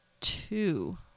two